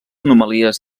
anomalies